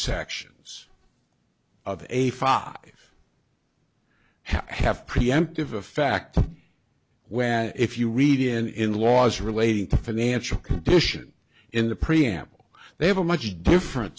subsections of a fog have preemptive effect where if you read in in laws relating to financial condition in the preamble they have a much different